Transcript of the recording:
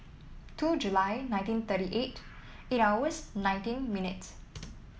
two July nineteen thirty eight eight hours nineteen minutes